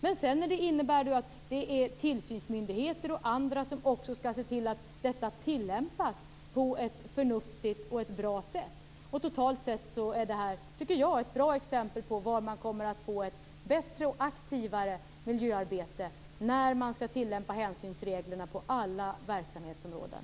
Men det innebär ju att det är tillsynsmyndigheter och andra som skall se till att detta tillämpas på ett förnuftigt och bra sätt. Jag tycker att detta totalt sett är ett bra exempel på hur man kommer att få ett bättre och aktivare miljöarbete när man skall tillämpa hänsynsreglerna på alla verksamhetsområden.